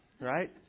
Right